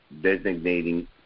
designating